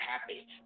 happy